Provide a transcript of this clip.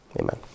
Amen